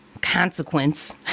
consequence